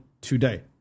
today